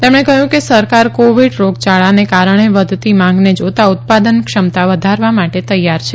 તેમણે કહ્યું કે સરકાર કોવિડ રોગયાળાને કારણે વધતી માંગને જોતા ઉત્પાદન ક્ષમતા વધારવા માટે તૈયાર છે